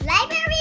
Library